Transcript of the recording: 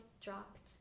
dropped